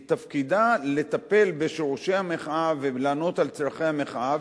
מתפקידה לטפל בשורשי המחאה ולענות על צורכי המחאה.